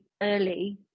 early